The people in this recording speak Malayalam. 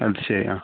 അൽഷെയാ